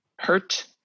hurt